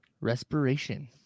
Respiration